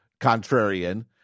contrarian